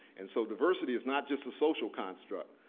and so, diversity is not just a social construct.